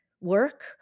work